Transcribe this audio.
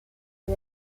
per